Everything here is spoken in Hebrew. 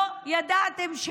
לא ידעתם,